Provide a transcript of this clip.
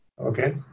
Okay